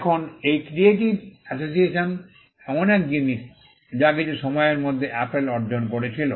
এখন এই creative association এমন এক জিনিস যা কিছু সময়ের মধ্যে অ্যাপল অর্জন করেছিল